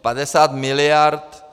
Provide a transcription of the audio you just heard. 50 miliard.